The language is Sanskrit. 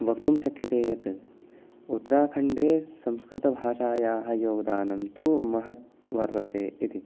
वक्तुं शक्यते यत् उत्तराखण्डे संस्कृतभाषायाः योगदानं तु महत् वर्तते इति